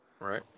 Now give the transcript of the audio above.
Right